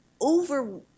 over